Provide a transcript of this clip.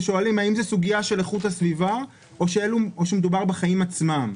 ושואלים האם זה סוגיה של איכות הסביבה או האם מדובר בחיים עצמם.